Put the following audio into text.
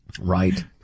Right